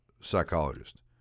psychologist